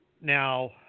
Now